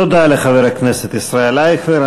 תודה לחבר הכנסת ישראל אייכלר.